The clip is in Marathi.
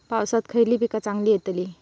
पावसात खयली पीका चांगली येतली?